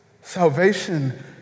Salvation